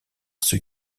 ceux